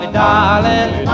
darling